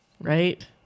Right